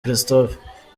christophe